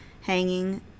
hanging